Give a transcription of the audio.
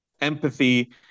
empathy